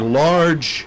large